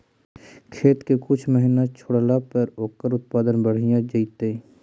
खेत के कुछ महिना छोड़ला पर ओकर उत्पादन बढ़िया जैतइ?